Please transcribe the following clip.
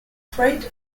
freight